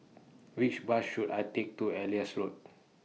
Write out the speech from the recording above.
Which Bus should I Take to Elias Road